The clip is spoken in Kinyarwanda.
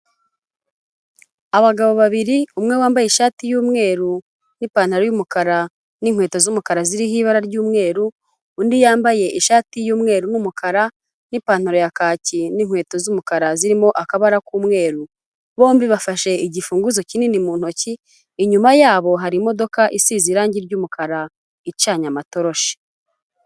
Abagabo babiri, umwe wambaye ishati y'umweru n'ipantaro y'umukara n'inkweto z'umukara ziriho ibara ry'umweru, undi yambaye ishati y'umweru n'umukara n'ipantaro ya kaki n'inkweto z'umukara zirimo akabara k'umweru. Bombi bafashe igifunguzo kinini mu ntoki, inyuma yabo hari imodoka isize irangi ry'umukara icanye amatoroshi.